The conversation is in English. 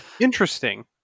Interesting